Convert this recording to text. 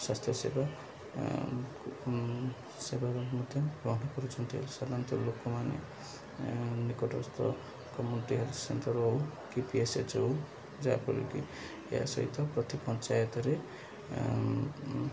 ସ୍ୱାସ୍ଥ୍ୟ ସେବା ସେବା ମଧ୍ୟ ଗ୍ରହଣ କରୁଛନ୍ତି ସାଧାରଣତଃ ଲୋକମାନେ ନିକଟସ୍ଥ କମ୍ୟୁନିଟି ହେଲ୍ଥ ସେଣ୍ଟର ହେଉ କି ପିଏସ୍ଏଚ୍ ହେଉ ଯାହାଫଳରେକି ଏହା ସହିତ ପ୍ରତି ପଞ୍ଚାୟତରେ